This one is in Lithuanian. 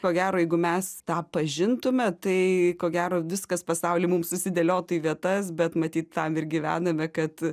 ko gero jeigu mes tą pažintume tai ko gero viskas pasauly mums susidėliotų į vietas bet matyt tam ir gyvename kad